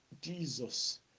Jesus